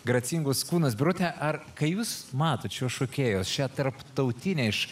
gracingus kūnus birutę ar kai jūs matot šiuos šokėjus šią tarptautinę iš